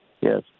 Yes